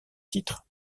titre